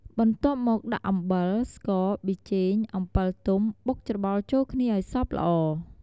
បន្ទាប់មកដាក់ អំបិល ស្ករ ប៊ីចេង អំពិលទុំ បុកច្របល់ចូលគ្នាឲ្យសព្វល្អ ។